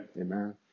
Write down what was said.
Amen